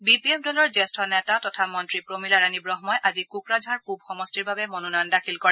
B P F দলৰ জ্যেষ্ঠ নেতা তথা মন্ত্ৰী প্ৰমীলা ৰাণী ৱন্দই আজি কোকৰাঝাৰ পূব সমষ্টিৰ বাবে মনোনয়ন দাখিল কৰে